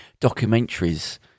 documentaries